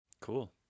cool